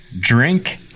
Drink